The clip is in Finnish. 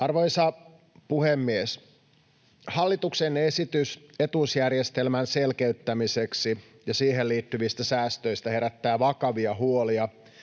Arvoisa puhemies! Hallituksen esitys etuusjärjestelmän selkeyttämiseksi ja siihen liittyvät säästöt herättää vakavia huolia,